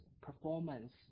performance